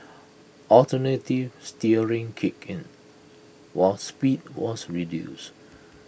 alternative steering kicked in was speed was reduced